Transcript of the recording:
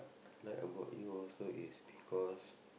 like about you also is because